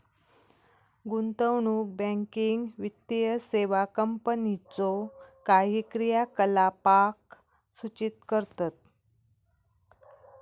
गुंतवणूक बँकिंग वित्तीय सेवा कंपनीच्यो काही क्रियाकलापांक सूचित करतत